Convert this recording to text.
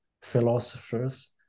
philosophers